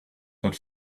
that